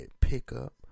pickup